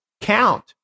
Count